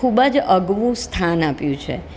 ખૂબ જ અગવું સ્થાન આપ્યું છે